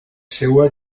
seua